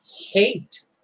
hate